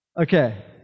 Okay